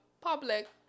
public